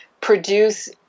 produce